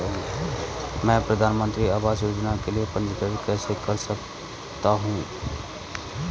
मैं प्रधानमंत्री आवास योजना के लिए पंजीकरण कैसे कर सकता हूं?